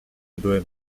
byłem